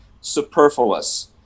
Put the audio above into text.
superfluous